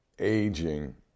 aging